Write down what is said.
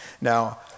Now